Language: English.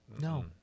No